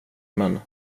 män